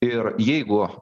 ir jeigu